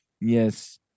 yes